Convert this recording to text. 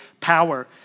power